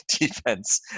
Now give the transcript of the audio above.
defense